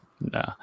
No